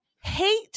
hate